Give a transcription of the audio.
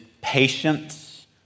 patience